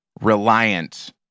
reliant